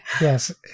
Yes